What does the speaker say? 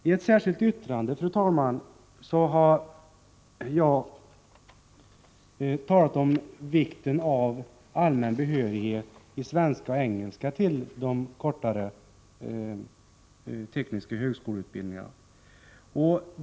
I ett särskilt yttrande, fru talman, har jag talat om vikten av allmän behörighet i svenska och engelska till de kortare tekniska högskoleutbildningarna.